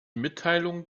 mitteilung